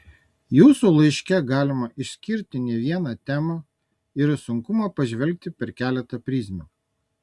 jūsų laiške galima išskirti ne vieną temą ir į sunkumą pažvelgti per keletą prizmių